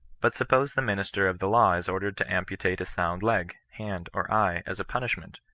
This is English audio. but suppose the minister of the law is ordered to amputate a sound leg, hand, or eye, as a punishment,